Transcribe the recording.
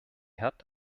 hat